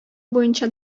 буенча